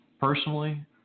Personally